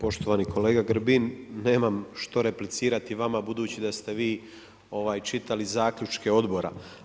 Poštovani kolega Grbin, nemam što replicirati vama budući da ste vi čitali zaključke odbora.